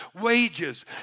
wages